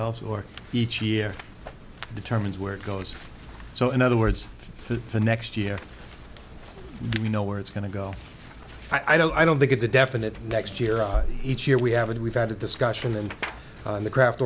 else or each year determines where it goes so in other words for the next year you know where it's going to go i don't know i don't think it's a definite next year each year we haven't we've had a discussion and the craft